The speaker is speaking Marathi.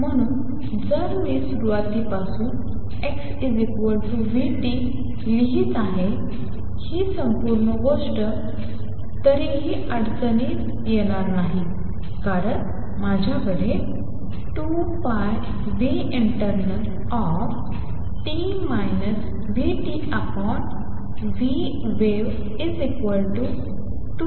म्हणून जरी मी सुरवातीपासून x v t लिहित ही संपूर्ण गोष्ट लिहिली तरीही कोणतीही अडचण येणार नाही कारण माझ्याकडे 2πinternalt vtvwave2πclockt